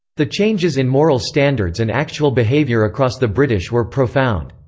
the changes in moral standards and actual behaviour across the british were profound.